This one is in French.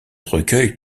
recueil